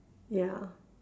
ya